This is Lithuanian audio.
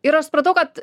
ir aš supratau kad